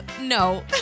no